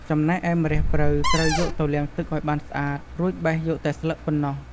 ចំណែកឯ ម្រះព្រៅត្រូវយកទៅលាងទឹកឲ្យបានស្អាត រួចបេះយកតែស្លឹកប៉ុណ្ណោះ។